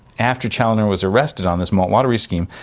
after chaloner was arrested on this malt lottery scheme,